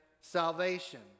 salvation